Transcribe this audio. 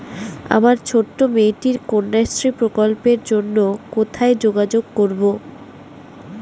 আমার ছোট্ট মেয়েটির কন্যাশ্রী প্রকল্পের জন্য কোথায় যোগাযোগ করব?